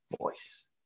voice